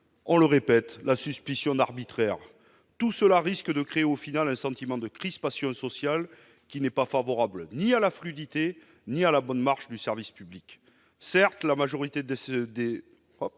on le répète, la suspicion d'arbitraire. Tout cela risque de créer au final un sentiment de crispation sociale qui n'est favorable ni à la fluidité ni à la bonne marche du service public.